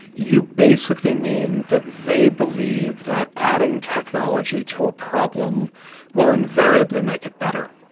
you basically mean that they believe that adding technology to a problem will invariably make it better.